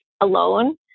alone